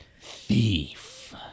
Thief